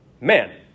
man